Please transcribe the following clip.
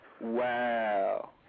Wow